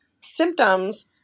symptoms